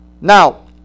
Now